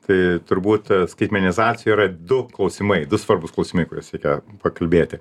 tai turbūt skaitmenizacijoj yra du klausimai du svarbūs klausimai kuriuos reikia pakalbėti